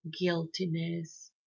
guiltiness